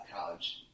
college